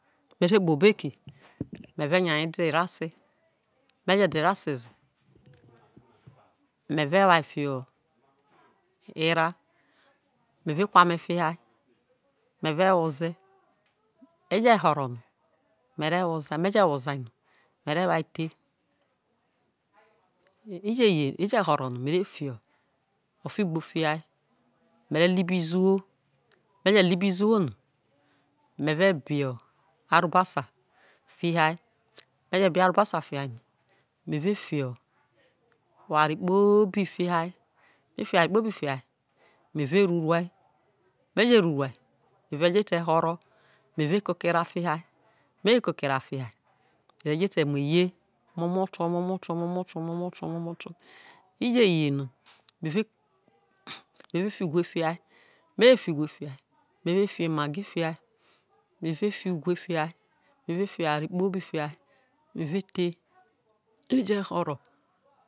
Me te kpo obo eki me ve nya de erase me je de erase ze me ve wa fiho erae me ve kame fiha me ve whoza e je horo no me ve woza me je woza-no me re wa the e je horo no me ve fi ofigbo fiha me re lo ibizo me je lo ibizo no me re be arobasa fiha ae me je be arobasa fiha no me ve fi oware kpobi fiha me rurai e ve je ete horo me ve koko erae fiha ae me je koko erae fiha no e ve jo eye muho eye momoto momoto momoto i je ye no me ve me ve fi uwe fiha me ve fiemagi fihae me ve fi oware kpobi fihae me ve the e je horo no.